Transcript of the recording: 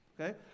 Okay